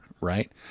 right